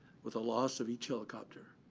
with the loss of each helicopter.